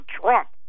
Trump